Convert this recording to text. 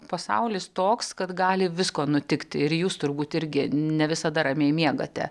pasaulis toks kad gali visko nutikti ir jūs turbūt irgi ne visada ramiai miegate